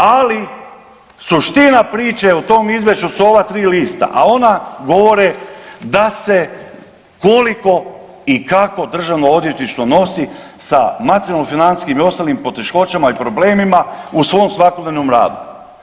Ali suština priče o tom izvješću su ova tri lista a ona govore da se koliko i kako Državnog odvjetništvo nosi sa materijalno financijskim i ostalim poteškoćama i problemima u svom svakodnevnom radu.